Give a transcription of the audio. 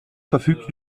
verfügt